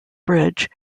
bridge